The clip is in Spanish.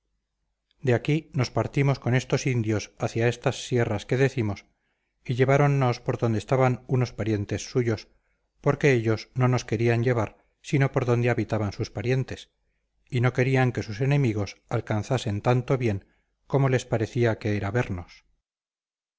de aquí nos partimos con estos indios hacia estas sierras que decimos y lleváronnos por donde estaban unos parientes suyos porque ellos no nos querían llevar sino por donde habitaban sus parientes y no querían que sus enemigos alcanzasen tanto bien como les parecía que era vernos